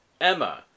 Emma